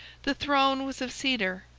the throne was of cedar,